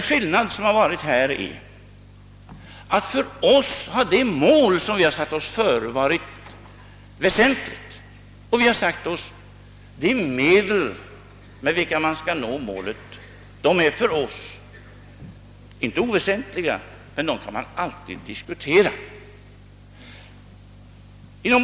Skillnaden mellan oss har varit att det mål vi har satt upp för oss har varit det väsentliga. Vi har sagt att de medel med vilka vi skall nå målet visserligen inte är oväsentliga för oss, men vi kan alltid diskutera dem.